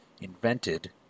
invented